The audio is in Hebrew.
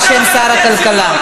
בשם שר הכלכלה.